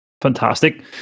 Fantastic